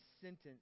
sentence